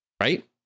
right